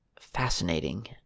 Fascinating